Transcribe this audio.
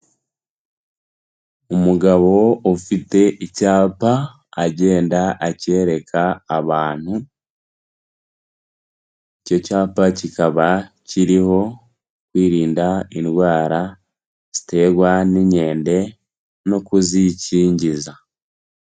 Umugabo ufite icyapa agenda akereka abantu, icyo cyapa kikaba kiriho kwirinda indwara ziterwa n'inkende no kuzikingiza.